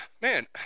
man